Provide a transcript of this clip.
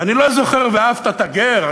אני לא זוכר "ואהבת את הגר".